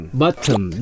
bottom